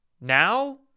now